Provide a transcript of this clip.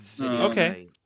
Okay